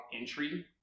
entry